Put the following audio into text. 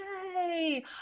Yay